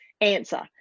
answer